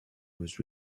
was